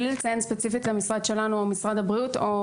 בלי לציין ספציפית את המשרד שלנו או את משרד הבריאות.